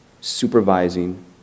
supervising